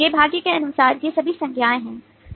ये भाग के अनुसार ये सभी संज्ञाएं हैं